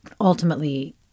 ultimately